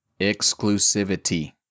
Exclusivity